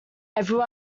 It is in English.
every